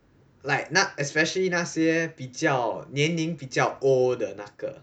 like 那 especially 那些比较年龄比较 old 的那个